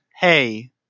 hey